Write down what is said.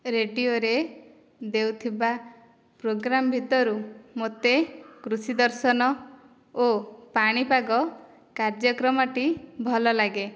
ରେଡ଼ିଓରେ ଦେଉଥିବା ପ୍ରୋଗ୍ରାମ ଭିତରୁ ମୋତେ କୃଷି ଦର୍ଶନ ଓ ପାଣି ପାଗ କାର୍ଯ୍ୟକ୍ରମଟି ଭଲ ଲାଗେ